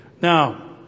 Now